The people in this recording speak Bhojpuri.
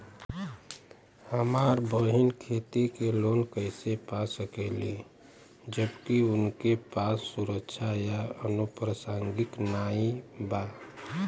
हमार बहिन खेती के लोन कईसे पा सकेली जबकि उनके पास सुरक्षा या अनुपरसांगिक नाई बा?